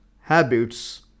habits